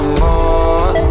more